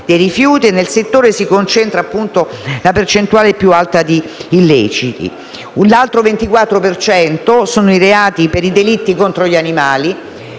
dei rifiuti e nel settore si concentra la percentuale più alta di illeciti. Un altro 24 per cento riguarda i reati per i delitti contro gli animali.